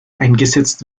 eingesetzt